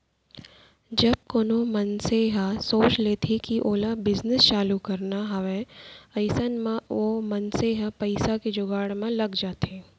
जब कोनो मनसे ह सोच लेथे कि ओला बिजनेस चालू करना हावय अइसन म ओ मनसे ह पइसा के जुगाड़ म लग जाथे